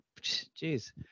jeez